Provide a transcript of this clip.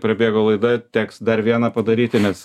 prabėgo laida teks dar vieną padaryti nes